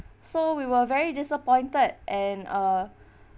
so we were very disappointed and uh